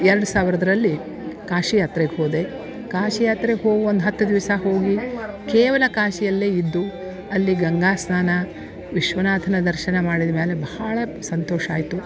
ಎರಡು ಸಾವಿರದಲ್ಲಿ ಕಾಶಿ ಯಾತ್ರೆಗೆ ಹೋದೆ ಕಾಶಿ ಯಾತ್ರೆಗೆ ಹೋ ಒಂದು ಹತ್ತು ದಿವಸ ಹೋಗಿ ಕೇವಲ ಕಾಶಿಯಲ್ಲೇ ಇದ್ದು ಅಲ್ಲಿ ಗಂಗಾ ಸ್ನಾನ ವಿಶ್ವನಾಥನ ದರ್ಶನ ಮಾಡಿದ್ಮ್ಯಾಲ ಭಾಳ ಸಂತೋಷ ಆಯಿತು